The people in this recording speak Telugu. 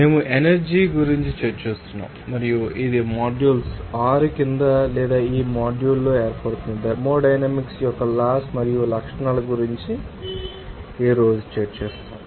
మేము ఎనర్జీ గురించి చర్చిస్తున్నాము మరియు ఇది మాడ్యూల్ 6 కింద లేదా ఈ మాడ్యూల్లో ఏర్పడుతుంది థర్మోడైనమిక్స్ యొక్క లాస్ మరియు లక్షణాల గురించి ఈ రోజు చర్చిస్తాము